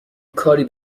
کاری